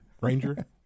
Ranger